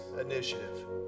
initiative